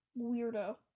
weirdo